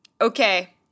Okay